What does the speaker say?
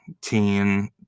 teen